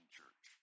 church